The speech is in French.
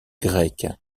grecque